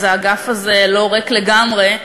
אז האגף הזה לא ריק לגמרי.